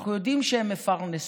אנחנו יודעים שהן מפרנסות,